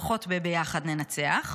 פחות ב"ביחד ננצח".